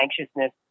anxiousness